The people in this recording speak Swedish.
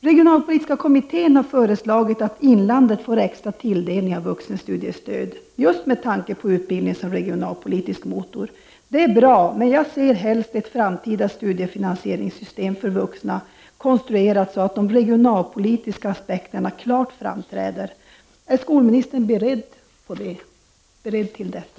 Regionalpolitiska kommittén har föreslagit att inlandet skall få extra tilldelning av vuxenstucliestöd, just med tanke på utbildning som regionalpolitisk motor. Detta är bra, men jag ser helst att ett framtida studiefinansieringssystem för vuxna konstrueras så att de regionalpolitiska aspekterna klart framträder. Är skolministern beredd till detta?